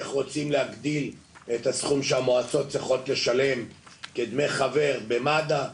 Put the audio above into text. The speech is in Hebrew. איך רוצים להגדיל את הסכום שהמועצות צריכות לשלם כדמי חבר במד"א.